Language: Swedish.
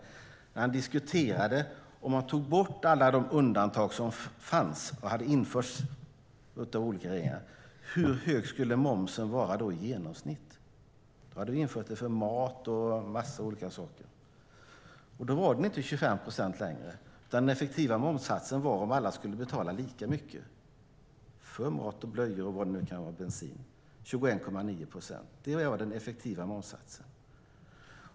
Han diskuterade hur hög momsen skulle vara i genomsnitt om man tog bort alla de undantag som fanns och hade införts av olika regeringar - vi hade infört det för mat och en massa olika saker. Då var den inte längre 25 procent. Om alla skulle betala lika mycket för mat, blöjor, bensin och vad det nu kan vara skulle den effektiva momssatsen vara 21,9 procent.